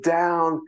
down